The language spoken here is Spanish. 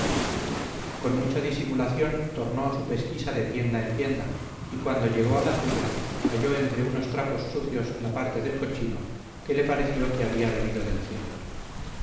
con mucha disimulación tomó a su pesquisa de tienda en tienda y cuando llegó a la suya halló entre unos trapos sucios la parte del cochino que le pareció que había venido del cielo